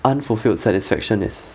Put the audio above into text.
unfulfilled satisfaction is